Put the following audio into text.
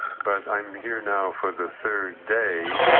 but i'm here now for the third day,